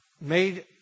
made